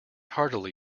heartily